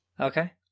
Okay